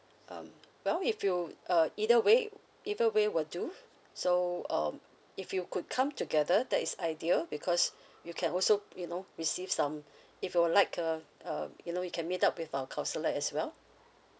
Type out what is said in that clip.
um well if you uh either way either way will do so um if you could come together that is ideal because you can also you know receive some if you would like uh um you know you can meet up with our counselor as well